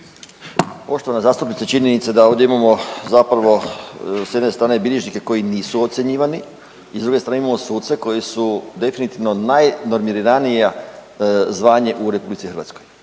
Poštovana zastupnice činjenica je da ovdje imamo zapravo s jedne strane bilježnike koji nisu ocjenjivani i s druge strane imamo suce koji su definitivno najnormirajnije zvanje u Republici Hrvatskoj.